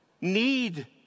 need